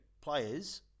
players